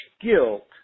guilt